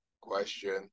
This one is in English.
question